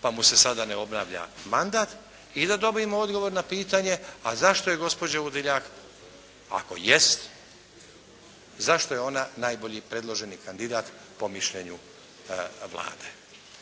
pa mu se sada ne obnavlja mandat i da dobijemo odgovor na pitanje, a zašto je gospođo Udiljak ako jest zašto je ona najbolji predloženi kandidat po mišljenju Vlade.